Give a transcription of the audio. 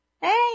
Hey